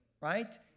right